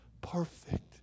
perfect